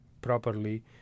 properly